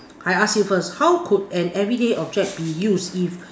I ask you first how could an everyday object be used if